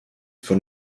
von